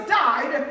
died